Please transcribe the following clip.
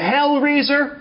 Hellraiser